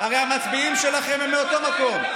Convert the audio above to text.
הרי המצביעים שלכם הם מאותו מקום.